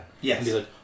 Yes